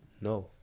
No